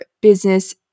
business